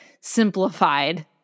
simplified